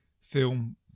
film